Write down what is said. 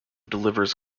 delivers